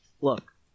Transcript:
look